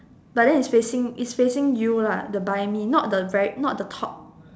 but then it's facing it's facing you lah the buy me not the very not the top